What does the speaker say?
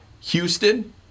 Houston